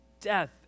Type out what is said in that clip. death